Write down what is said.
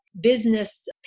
business